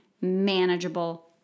manageable